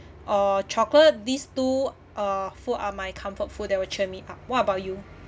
uh chocolate these two uh food are my comfort food that were cheer me up what about you